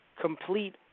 Complete